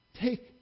take